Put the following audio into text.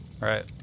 Right